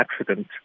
accident